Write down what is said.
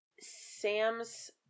Sam's